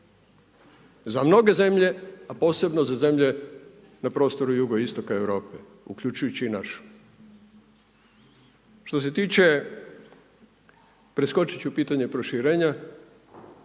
za mnoge zemlje a posebno za zemlje na prostoru jugoistoka Europe uključujući i našu. Što se tiče, preskočiti ću pitanje proširenja,